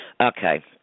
Okay